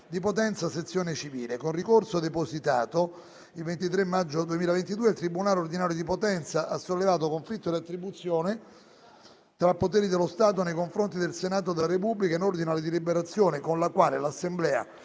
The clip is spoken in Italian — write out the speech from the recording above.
di Potenza-sezione civile». Con ricorso depositato il 23 maggio 2022, il tribunale ordinario di Potenza-sezione civile ha sollevato conflitto di attribuzione tra poteri dello Stato nei confronti del Senato della Repubblica in ordine alla deliberazione con la quale l'Assemblea,